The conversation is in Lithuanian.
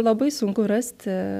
labai sunku rasti